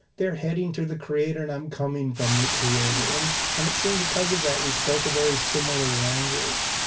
they're heading to the creator, and i'm coming from the creator. and and it seemed, because of that, we spoke a very similar language.